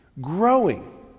Growing